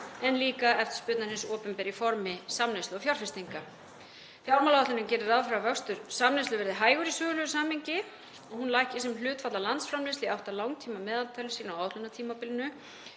en líka eftirspurnar hins opinbera í formi samneyslu og fjárfestinga. Fjármálaáætlunin gerir ráð fyrir að vöxtur samneyslu verði hægur í sögulegu samhengi. Hún lækki sem hlutfall af landsframleiðslu í átt að langtímameðaltali á áætlunartímabilinu